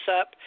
up